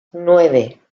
nueve